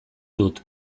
dut